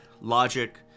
logic